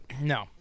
No